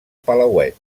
palauet